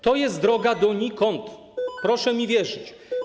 To jest droga donikąd, proszę mi wierzyć.